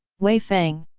wei fang.